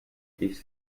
ich